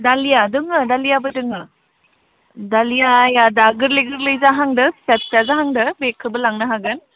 दालिया दोङो दालियाबो दोङो दालियाया दा गोरलै गोरलै जाहांदों फिसा फिसा जाहांदो बेखोबो लांनो हागोन